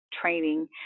training